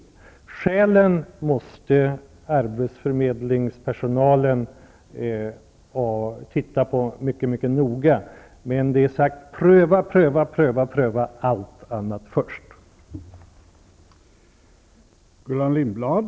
Personalen på arbetsförmedlingen måste mycket mycket noga titta på skälen, men det är sagt att alla andra möjligheter skall prövas först.